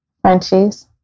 Frenchie's